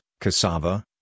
cassava